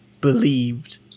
believed